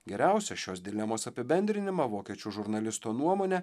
geriausią šios dilemos apibendrinimą vokiečių žurnalisto nuomone